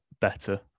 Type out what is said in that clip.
better